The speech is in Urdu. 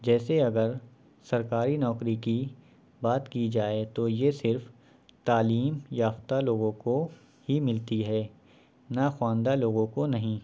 جیسے اگر سرکاری نوکری کی بات کی جائے تو یہ صرف تعلیم یافتہ لوگوں کو ہی ملتی ہے نا خواندہ لوگوں کو نہیں